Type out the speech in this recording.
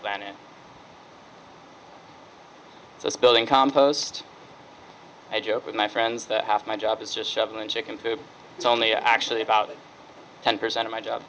it's building compost i joke with my friends that half my job is just shoveling chicken poop it's only actually about ten percent of my job